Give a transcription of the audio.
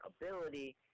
ability